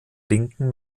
linken